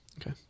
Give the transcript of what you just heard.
Okay